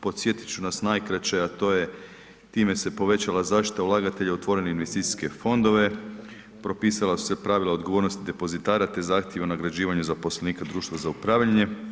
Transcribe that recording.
Podsjetiti ću nas najkraće a to je time se povećala zaštita ulagatelja u otvorene investicijske fondove, propisala su se pravila odgovornosti depozitara te zahtjeva nagrađivanje zaposlenika društva za upravljanje.